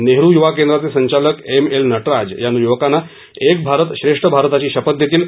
नेहरू युवा केंद्राचे संचालक एम एल नटराज या युवकांना एक भारत श्रेष्ठ भारतची शपथ देतील